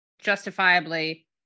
justifiably